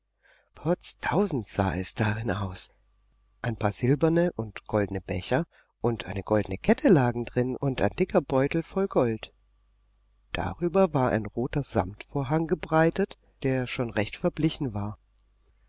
potztausend sah es darin aus ein paar silberne und goldene becher und eine goldene kette lagen drin und ein dicker beutel voll gold darüber war ein roter samtvorhang gebreitet der schon recht verblichen war